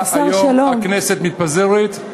היום הכנסת מתפזרת,